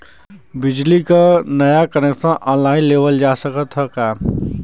बिजली क नया कनेक्शन ऑनलाइन लेवल जा सकत ह का?